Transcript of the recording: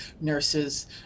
nurses